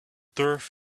turf